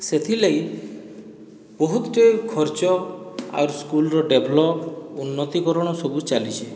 ସେଥିଲାଗି ବହୁତଟେ ଖର୍ଚ୍ଚ ଆଉର୍ ସ୍କୁଲର ଡେଭଲପ ଉନ୍ନତିକରଣ ସବୁ ଚାଲିଛେ